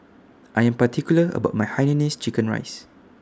I Am particular about My Hainanese Chicken Rice